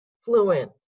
fluent